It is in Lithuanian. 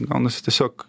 gaunasi tiesiog